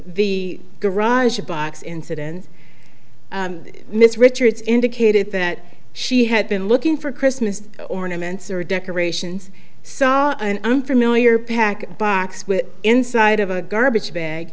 the garage box incident miss richards indicated that she had been looking for christmas ornaments or decorations saw an unfamiliar packing box with inside of a garbage bag